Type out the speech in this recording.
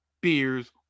beers